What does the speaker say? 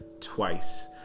twice